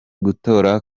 gutora